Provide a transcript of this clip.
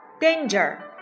Danger